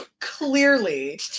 clearly